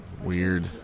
weird